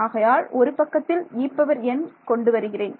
ஆகையால் ஒரு பக்கத்தில் En கொண்டு வருகிறேன்